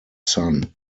sun